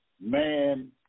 man